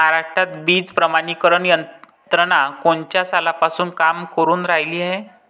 महाराष्ट्रात बीज प्रमानीकरण यंत्रना कोनच्या सालापासून काम करुन रायली हाये?